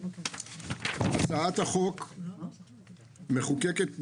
הצעת החוק מחוקקת בחופזה,